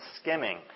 skimming